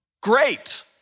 great